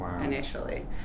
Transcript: initially